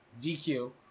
DQ